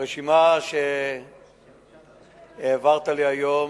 הרשימה שהעברת לי היום,